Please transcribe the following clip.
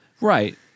Right